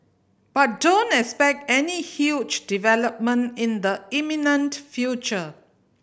but don't expect any huge development in the imminent future